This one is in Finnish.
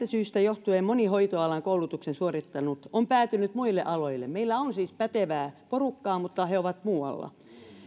syistä johtuen moni hoitoalan koulutuksen suorittanut on päätynyt muille aloille meillä on siis pätevää porukkaa mutta he ovat muualla